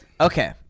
Okay